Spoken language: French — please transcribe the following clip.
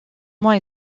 mois